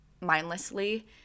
mindlessly